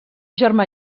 germà